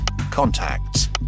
contacts